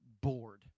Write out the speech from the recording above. bored